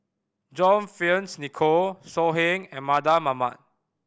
John Fearns Nicoll So Heng and Mardan Mamat